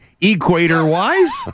equator-wise